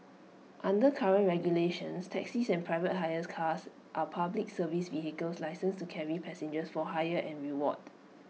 under current regulations taxis and private hire cars are Public Service vehicles licensed to carry passengers for hire and reward